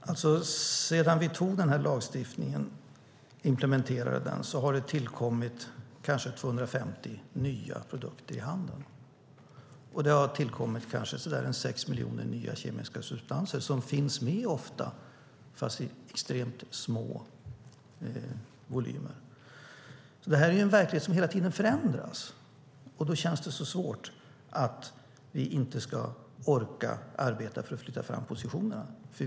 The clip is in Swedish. Herr talman! Sedan vi tog den här lagstiftningen och implementerade den har det tillkommit kanske 250 nya produkter i handeln och kanske 6 miljoner nya kemiska substanser, som ofta finns med fast i extremt små mängder. Verkligheten förändras hela tiden, och då känns det så svårt att vi inte ska orka arbeta för att flytta fram positionerna.